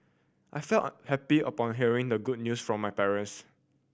I felt unhappy upon hearing the good news from my parents